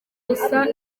gusa